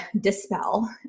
dispel